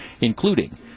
including